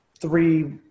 three